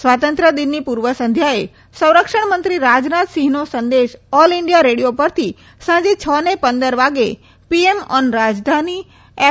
સ્વાતંત્ર્ય દિનની પુર્વ સંધ્યાએ સંરક્ષણ મંત્રી રાજનાથ સિંહનો સંદેશ ઓલ ઇન્ડિયો પરથી સાંજે છ ને પંદર વાગે પીએમઓન રાજધાની એફ